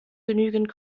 genügend